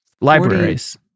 libraries